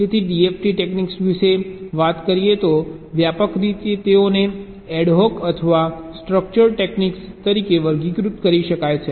તેથી DFT techniques વિશે વાત કરીએ તો વ્યાપક રીતે તેઓને એડ હોક અથવા સ્ટ્રક્ચર્ડ ટેક્નીક્સ તરીકે વર્ગીકૃત કરી શકાય છે